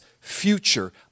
future